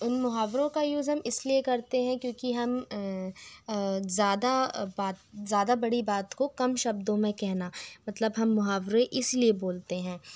उन मुहावरों का यूज़ हम इसलिए करते हैं क्योंकि हम ज़्यादा बात ज़्यादा बड़ी बात को कम शब्दों में कहना मतलब हम मुहावरे इसलिए बोलते हैं